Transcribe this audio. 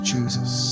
Jesus